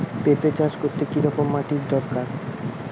পেঁপে চাষ করতে কি রকম মাটির দরকার?